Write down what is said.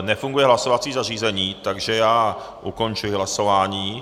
Nefunguje hlasovací zařízení, takže já ukončuji hlasování.